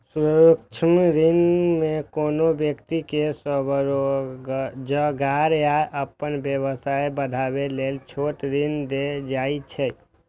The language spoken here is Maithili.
सूक्ष्म ऋण मे कोनो व्यक्ति कें स्वरोजगार या अपन व्यवसाय बढ़ाबै लेल छोट ऋण देल जाइ छै